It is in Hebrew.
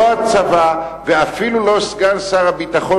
לא הצבא ואפילו לא סגן שר הביטחון